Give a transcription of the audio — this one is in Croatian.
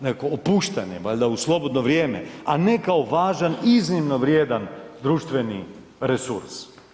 Nekakva, nekakvo opuštanje valjda u slobodno vrijeme, a ne kao važan iznimno vrijedan društveni resurs.